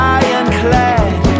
ironclad